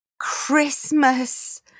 Christmas